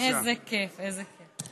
איזה כיף, איזה כיף.